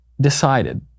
decided